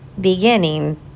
beginning